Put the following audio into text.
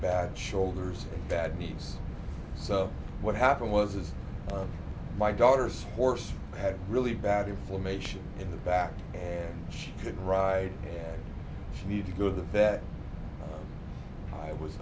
bad shoulders bad knees so what happened was is my daughter's horse had a really bad inflammation in the back and she could ride she needed to go to the vet i was